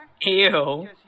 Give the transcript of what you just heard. Ew